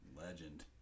Legend